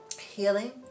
healing